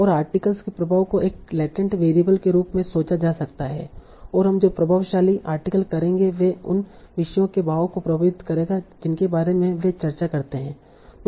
और आर्टिकल के प्रभाव को एक लेटेन्ट वेरिएबल के रूप में सोचा जा सकता है और हम जो प्रभावशाली आर्टिकल करेंगे वे उन विषयों के बहाव को प्रभावित करेंगे जिनके बारे में वे चर्चा करते हैं